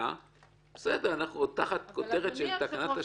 אבל תחת הכותרת של "תקנת השבים" --- אדוני היושב-ראש,